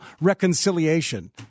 reconciliation